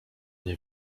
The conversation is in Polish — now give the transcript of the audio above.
nie